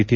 T